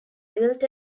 built